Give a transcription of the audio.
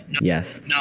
yes